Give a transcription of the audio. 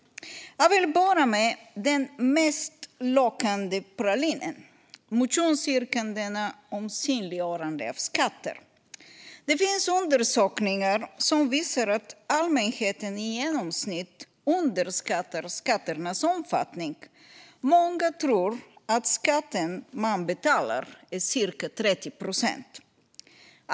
Jag vill börja med den mest lockande pralinen, motionsyrkandena om synliggörande av skatter. Det finns undersökningar som visar att allmänheten i genomsnitt underskattar skatternas omfattning. Många tror att den skatt man betalar är cirka 30 procent.